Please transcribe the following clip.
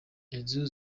inzu